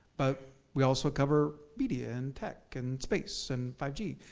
but we also cover media and tech and space and five g.